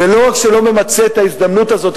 ולא רק שהוא לא ממצה את ההזדמנות הזאת,